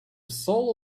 soul